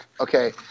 Okay